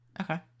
Okay